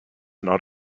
not